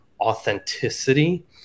authenticity